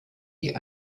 die